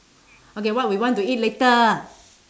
okay what we want to eat later